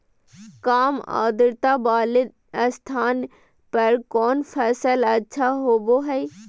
काम आद्रता वाले स्थान पर कौन फसल अच्छा होबो हाई?